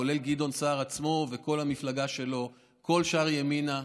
כולל גדעון סער עצמו וכל המפלגה שלו וכל שאר ימינה,